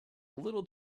little